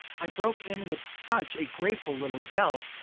i broke in with such a grateful little yelp,